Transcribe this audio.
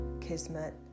kismet